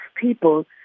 people